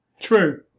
True